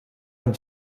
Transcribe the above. amb